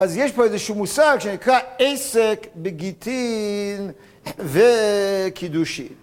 אז יש פה איזשהו מושג שנקרא עסק בגיטין וקידושין